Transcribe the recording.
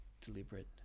deliberate